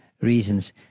reasons